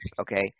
okay